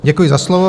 Děkuji za slovo.